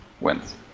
wins